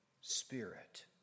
Spirit